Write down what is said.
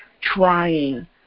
trying